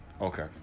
Okay